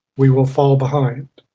we will fall behind.